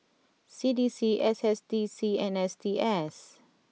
C D C S S D C and S T S